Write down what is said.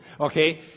Okay